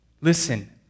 Listen